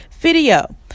video